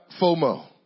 FOMO